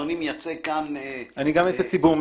אדוני מייצג כאן --- אני מייצג גם את הציבור.